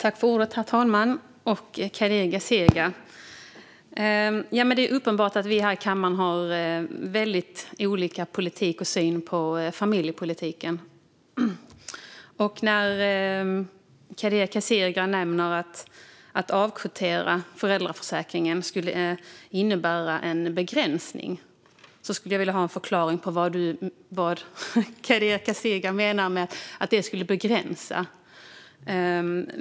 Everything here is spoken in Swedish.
Herr talman! Det är uppenbart att vi här i kammaren har väldigt olika syn på familjepolitiken, Kadir Kasirga. När han nämner att en avkvotering av föräldraförsäkringen skulle innebära en begränsning skulle jag vilja ha en förklaring till vad han menar med det.